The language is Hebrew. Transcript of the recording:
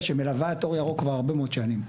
שמלווה את אור ירוק כבר הרבה מאוד שנים.